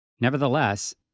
Nevertheless